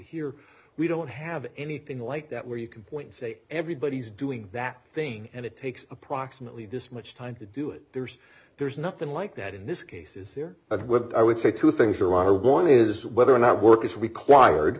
here we don't have anything like that where you can point say everybody's doing that thing and it takes approximately this much time to do it there's there's nothing like that in this case is there but what i would say two things there are one is whether or not work is required